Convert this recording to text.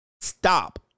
Stop